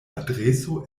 adreso